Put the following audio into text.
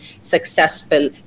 successful